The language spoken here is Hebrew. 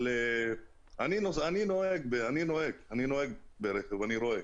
אני נוהג ברכב ואני רואה.